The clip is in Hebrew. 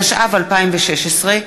התשע"ו 2016,